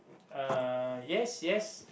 uh yes yes